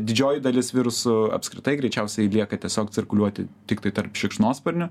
didžioji dalis virusų apskritai greičiausiai lieka tiesiog cirkuliuoti tiktai tarp šikšnosparnių